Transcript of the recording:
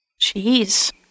jeez